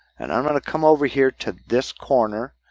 and i'm going to come over here to this corner.